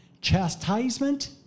Chastisement